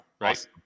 Right